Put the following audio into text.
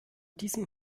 diesem